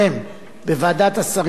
בוועדת השרים לחקיקה.